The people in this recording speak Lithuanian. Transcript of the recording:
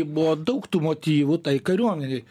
buvo daug tų motyvų tai kariuomenei